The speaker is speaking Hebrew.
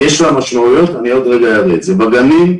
הגנים,